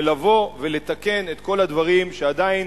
ולבוא ולתקן את כל הדברים שעדיין